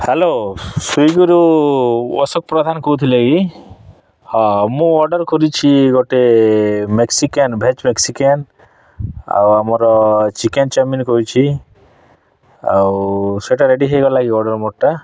hello ସ୍ଵିଗୀରୁ ଅଶୋକ ପ୍ରଧାନ କହୁଥିଲେ କି ହଁ ମୁଁ ଅର୍ଡ଼ର୍ କରିଛି ଗୋଟେ ମେକ୍ସିକ୍ୟାନ୍ ଭେଜ୍ ମେକ୍ସିକ୍ୟାନ୍ ଆଉ ଆମର ଚିକେନ୍ ଚାଉମିନ୍ କରିଛି ଆଉ ସେଟା ରେଡି଼ ହୋଇଗଲା କି ଅର୍ଡ଼ର୍ ମୋରଟା